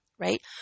right